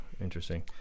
interesting